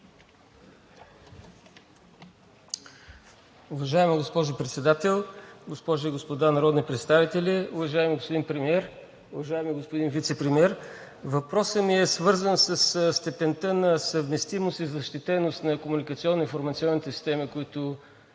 Уважаема госпожо Председател, уважаеми госпожи и господа народни представители, уважаеми господин Премиер, уважаеми господин Вицепремиер! Въпросът ми е свързан със степента на съвместимост и защитеност на комуникационно-информационните системи, които